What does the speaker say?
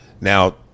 now